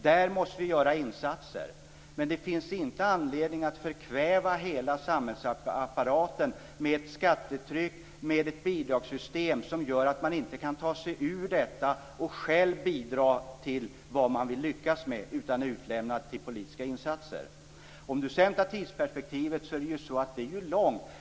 Där måste vi göra insatser. Men det finns inte anledning att förkväva hela samhällsapparaten med ett skattetryck och ett bidragssystem som är sådant att man inte kan ta sig ur det och själv bidra till vad man vill lyckas med utan är utlämnad till politiska insatser. Om vi sedan tar tidsperspektivet är ju det långt.